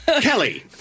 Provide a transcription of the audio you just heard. Kelly